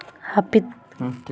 ᱦᱟᱯᱤᱫ